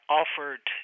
offered